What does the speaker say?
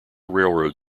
railroad